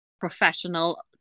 professional